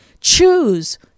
choose